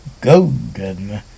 golden